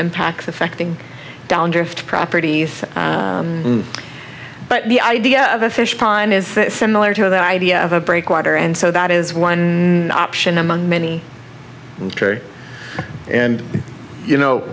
impacts affecting downdraft properties but the idea of a fish pond is similar to that idea of a breakwater and so that is one option among many and you know